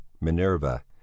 minerva